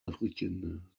africaine